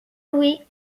louis